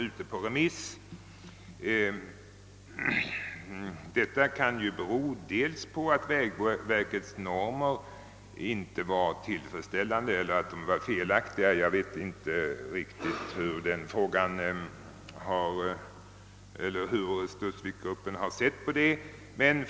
Översynen kan bero på att vägverkets normer inte var tillfredsställande eller att de var rent av felaktiga; jag vet inte riktigt vad studsviksgruppen menat.